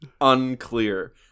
Unclear